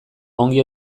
ongi